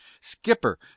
Skipper